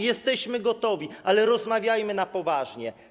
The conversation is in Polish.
Jesteśmy gotowi, ale rozmawiajmy na poważnie.